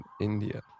india